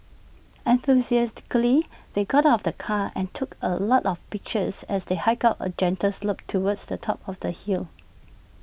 enthusiastically they got out of the car and took A lot of pictures as they hiked up A gentle slope towards the top of the hill